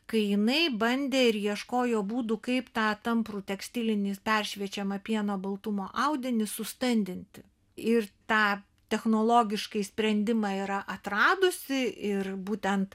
kai jinai bandė ir ieškojo būdų kaip tą tamprų tekstilinį peršviečiamą pieno baltumo audinį sustandinti ir tą technologiškai sprendimą yra atradusi ir būtent